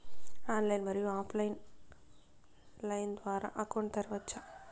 Online, మరియు offline line ద్వారా account తెరవచ్చా?